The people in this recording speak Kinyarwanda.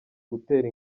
gutera